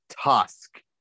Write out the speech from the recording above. Tusk